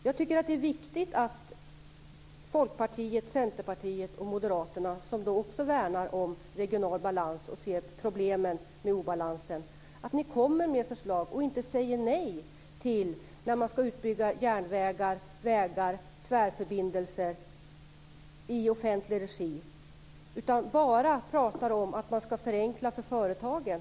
Jag tycker att det är viktigt att Folkpartiet, Centerpartiet och Moderaterna, som också värnar om regional balans och ser problemen med obalansen, kommer med förslag och inte säger nej till utbyggnad av järnvägar, vägar och tvärförbindelser i offentlig regi och inte bara talar om att man skall förenkla för företagen.